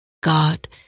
God